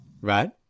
Right